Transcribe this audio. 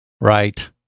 Right